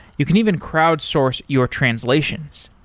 you can even crowd source your translations.